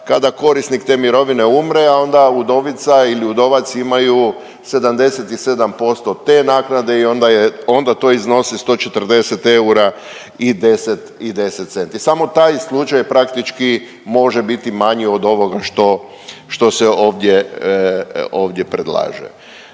kada korisnik te mirovine umre, a onda udovica ili udovac imaju 77% te naknade i onda je, onda to iznosi 140 eura i 10 centi. Samo taj slučaj praktički može biti manji od ovoga što se ovdje predlaže.